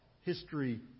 history